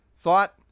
Thought